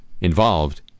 involved